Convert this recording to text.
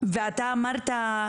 ואתה אמרת,